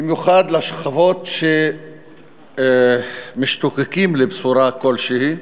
במיוחד לשכבות שמשתוקקות לבשורה כלשהי.